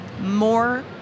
more